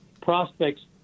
prospects